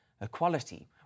equality